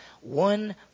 one